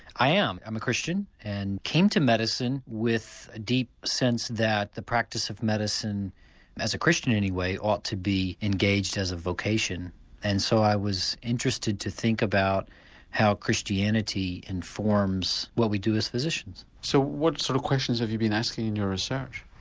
i am, i'm a christian and came to medicine with a deep sense that the practice of medicine as a christian anyway ought to be engaged as a vocation and so i was interested to think about how christianity christianity informs what we do as physicians. so what sort of questions have you been asking in your research?